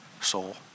soul